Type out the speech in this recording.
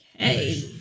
Okay